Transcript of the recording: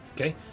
Okay